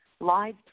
live